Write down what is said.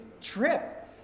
trip